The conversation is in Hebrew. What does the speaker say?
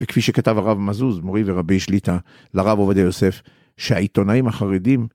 וכפי שכתב הרב מזוז, מורי ורבי שליט"א, לרב עובדי יוסף, שהעיתונאים החרדים